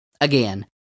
again